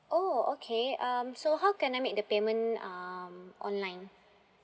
oh okay um so how can I make the payment um online